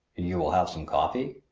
you will have some coffee?